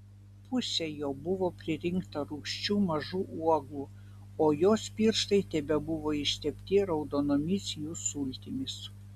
pusė jo buvo pririnkta rūgščių mažų uogų o jos pirštai tebebuvo ištepti raudonomis jų sultimis